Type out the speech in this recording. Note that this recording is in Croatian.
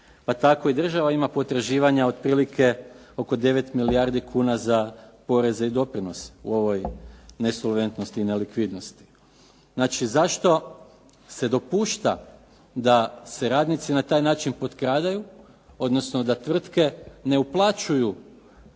pa tako i država ima potraživanja otprilike oko 9 milijardi kuna za poreze i doprinose u ovoj nesolventnosti i nelikvidnosti. Znači, zašto se dopušta da se radnici na taj način potkradaju, odnosno da tvrtke ne uplaćuju